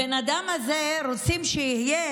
הבן אדם הזה, רוצים שיהיה